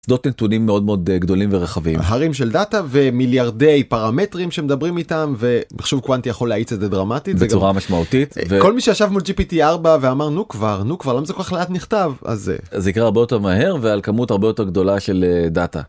שדות נתונים מאוד מאוד גדולים ורחבים, הרים של דאטה ומיליארדי פרמטרים שמדברים איתם ומחשוב קוואנטי יכול להאיץ את זה דרמטית בצורה משמעותית וכל מי שישב מול gpt 4 ואמרנו כבר נו כבר למה זה כל כך לאט נכתב אז זה יקרה הרבה יותר מהר ועל כמות הרבה יותר גדולה של דאטה.